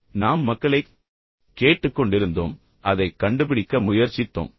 அல்லது நாம் மக்களைக் கேட்டுக்கொண்டிருந்தோம் பின்னர் அதைக் கண்டுபிடிக்க முயற்சித்தோம்